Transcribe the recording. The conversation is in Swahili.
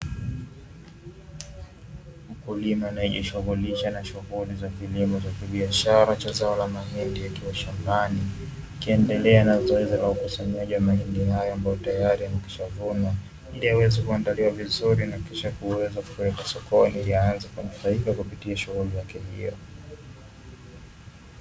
Mkulima anayejishughulisha na shughuli za kilimo cha kibiashara cha zao la mahindi, akiwa shambani akiendelea na zoezi la ukusanyaji wa mahindi hayo ambayo tayari yamekwisha vunwa, ili yaweze kuandaliwa vizuri na kisha kuweza kupelekwa sokoni ili aanze kunufaika kupitia shughuli yake hiyo.